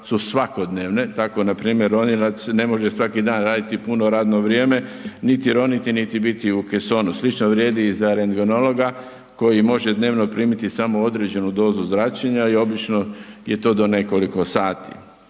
su svakodnevne, tako npr. oni ne može svaki dan raditi puno radno vrijeme niti roniti niti biti u kesonu. Slično vrijedi i za rendgenologa koji može dnevno primiti samo određenu dozu zračenja i obično je to do nekoliko sati.